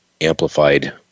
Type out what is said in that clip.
amplified